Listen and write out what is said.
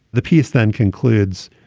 the piece then concludes,